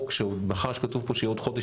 מאחר שכתוב פה עוד חודש,